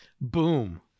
Boom